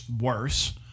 worse